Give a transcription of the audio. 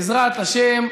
בעזרת השם,